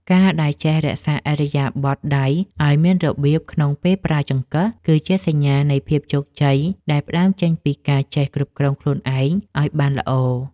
ការដែលចេះរក្សាឥរិយាបថដៃឱ្យមានរបៀបក្នុងពេលប្រើចង្កឹះគឺជាសញ្ញានៃភាពជោគជ័យដែលផ្តើមចេញពីការចេះគ្រប់គ្រងខ្លួនឯងឱ្យបានល្អ។